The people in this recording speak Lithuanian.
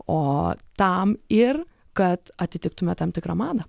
o tam ir kad atitiktume tam tik madą